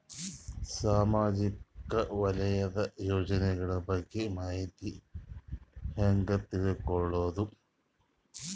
ಸಾಮಾಜಿಕ ವಲಯದ ಯೋಜನೆಗಳ ಬಗ್ಗೆ ಮಾಹಿತಿ ಹ್ಯಾಂಗ ತಿಳ್ಕೊಳ್ಳುದು?